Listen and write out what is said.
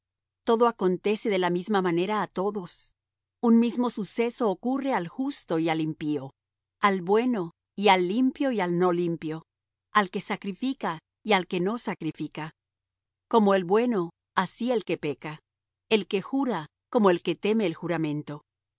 todo acontece de la misma manera á todos un mismo suceso ocurre al justo y al impío al bueno y al limpio y al no limpio al que sacrifica y al que no sacrifica como el bueno así el que peca el que jura como el que teme el juramento